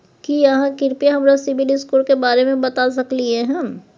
की आहाँ कृपया हमरा सिबिल स्कोर के बारे में बता सकलियै हन?